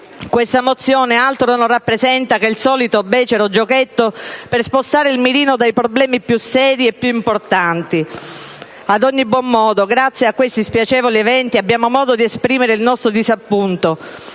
Questa mozione altro non rappresenta che il solito, becero giochetto per spostare il mirino dai problemi più seri e più importanti. Ad ogni buon modo, grazie a questi spiacevoli eventi abbiamo modo di esprimere il nostro disappunto,